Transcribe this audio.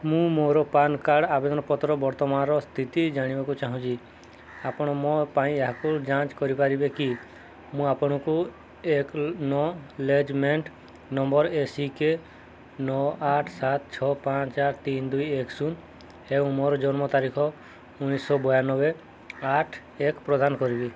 ମୁଁ ମୋର PAN card ଆବେଦନ ପତ୍ର ବର୍ତ୍ତମାନର ସ୍ଥିତି ଜାଣିବାକୁ ଚାହୁଁଛି ଆପଣ ମୋ ପାଇଁ ଏହାକୁ ଯାଞ୍ଚ କରିପାରିବେ କି ମୁଁ ଆପଣଙ୍କୁ acknowledgement number A C K ନଅ ଆଠ ସାତ ଛଅ ପାଞ୍ଚ ଆଠ ତିନ ଦୁଇ ଏକ ଶୂନ ଏବଂ ମୋର ଜନ୍ମ ତାରିଖ ଉଣେଇଶ ବୟାନବେ ଆଠ ଏକ ପ୍ରଦାନ କରିବି